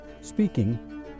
speaking